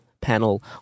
panel